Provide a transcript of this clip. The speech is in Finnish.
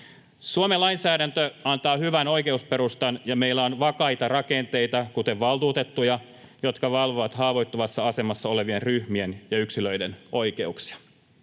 Suomen lainsäädäntö antaa hyvän oikeusperustan, ja meillä on vakaita rakenteita, kuten valtuutettuja, jotka valvovat haavoittuvassa asemassa olevien ryhmien ja yksilöiden oikeuksia.